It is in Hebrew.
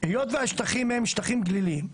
היות והשטחים הם שטחים גליליים.